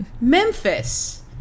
Memphis